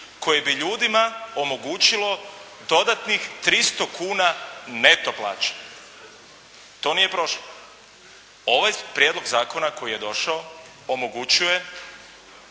koji bi ljudima omogućilo dodatnih 300 kuna neto plaće. To nije prošlo. Ovaj prijedlog zakona koji je došao omogućio